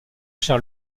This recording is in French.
cher